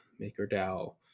MakerDAO